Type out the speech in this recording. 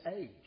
age